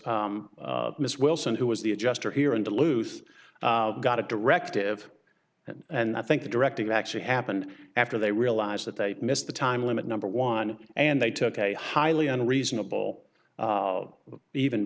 s miss wilson who was the adjuster here in duluth got a directive and i think the directive actually happened after they realized that they missed the time limit number one and they took a highly unreasonable even